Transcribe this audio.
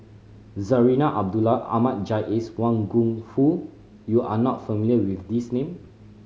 Zarinah Abdullah Ahmad Jais Wang Gungwu you are not familiar with these name